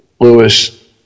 Lewis